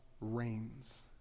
reigns